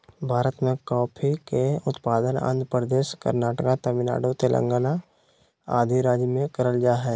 भारत मे कॉफी के उत्पादन आंध्र प्रदेश, कर्नाटक, तमिलनाडु, तेलंगाना आदि राज्य मे करल जा हय